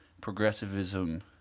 progressivism